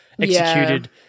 executed